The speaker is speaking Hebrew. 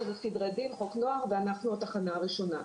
זה סדרי דין, חוק נוער ואנחנו התחנה הראשונה.